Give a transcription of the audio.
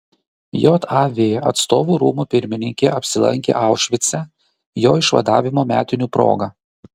jav atstovų rūmų pirmininkė apsilankė aušvice jo išvadavimo metinių proga